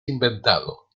inventado